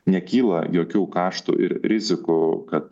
nekyla jokių kaštų ir rizikų kad